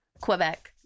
Quebec